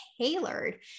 tailored